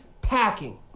packing